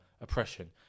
oppression